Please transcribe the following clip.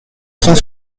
cent